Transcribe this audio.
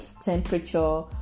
temperature